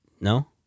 No